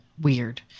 weird